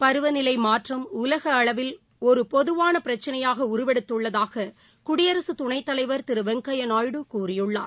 பருவநிலை மாற்றம் உலக அளவில் ஒரு பொதுவான பிரச்னையாக உருவெடுத்துள்ளதாக குடியரசு துணைத் தலைவர் திரு வெங்கய்ய நாயுடு கூறியுள்ளார்